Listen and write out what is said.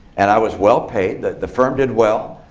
and i was well-paid. the the firm did well.